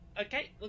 okay